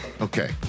Okay